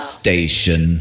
station